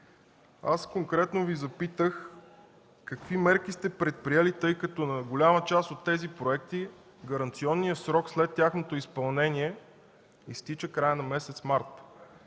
Аз конкретно Ви запитах какви мерки сте предприели, тъй като на голяма част от тези проекти гаранционният срок след тяхното изпълнение изтича края на месец март.